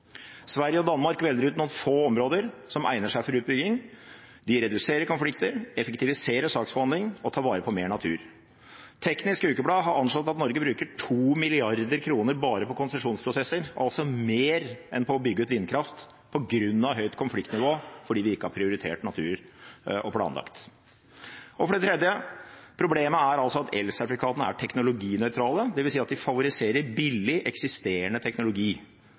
Sverige og Danmark velger ut noen få områder som egner seg for utbygging, de reduserer konflikter, effektiviserer saksbehandling og tar vare på mer natur. Teknisk Ukeblad har anslått at Norge bruker 2 mrd. kr bare på konsesjonsprosesser, altså mer enn på å bygge ut vindkraft, på grunn av høyt konfliktnivå fordi vi ikke har prioritert natur og planlagt. For det tredje: Problemet er at elsertifikatene er teknologinøytrale, dvs. at de favoriserer billig, eksisterende teknologi.